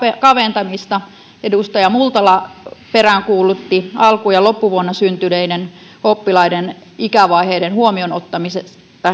kaventamista edustaja multala peräänkuulutti alku ja loppuvuonna syntyneiden oppilaiden ikävaiheiden huomioon ottamista